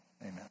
amen